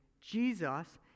Jesus